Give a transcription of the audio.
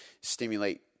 stimulate